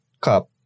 Cup